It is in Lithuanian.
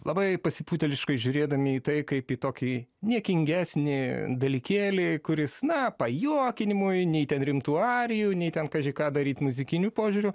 labai pasipūtėliškai žiūrėdami į tai kaip į tokį niekingesnį dalykėlį kuris na pajuokinimui nei ten rimtų arijų nei ten kaži ką daryt muzikiniu požiūriu